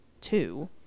two